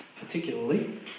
particularly